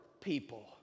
people